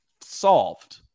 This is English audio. solved